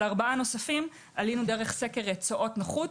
על 4 נוספים עלינו דרך סקר צואות נוחות,